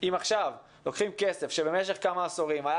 אם עכשיו לוקחים כסף שבמשך כמה עשורים היה